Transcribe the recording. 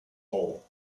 hole